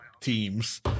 teams